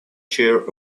chair